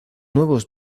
nuevos